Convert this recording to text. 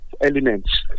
Elements